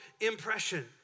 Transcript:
impression